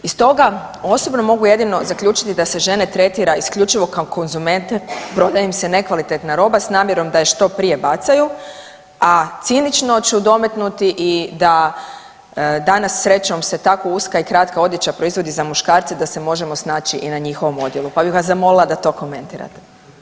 I stoga osobno mogu jedino zaključiti da se žene tretira isključivo kao konzumente, prodaje im se nekvalitetna roba s namjerom da je što prije bacaju, a cinično ću dometnuti i da danas srećom se tako uska i kratka odjeća proizvodi i za muškarce da se možemo snaći i na njihovom odjelu, pa bih vas zamolila da to komentirate.